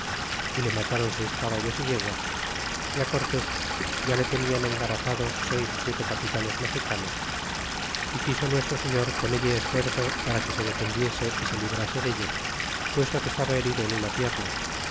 y le mataron seis caballos o yeguas y a cortés ya le tenían engarrafado seis o siete capitanes mexicanos o quiso nuestro señor ponelle esfuerzo para que se defendiese y se librase dellos puesto que estaba herido en una pierna